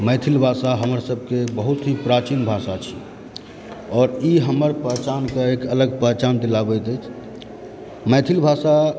मैथिल भाषा हमरसबके बहुत ही प्राचीन भाषा छी आओर ई हमर पहिचानके एक अलग पहिचान दिलाबैत अछि मैथिल भाषा